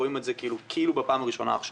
רואים את זה כאילו בפעם הראשונה עכשיו.